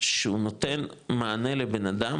שהוא נותן מענה לבנאדם,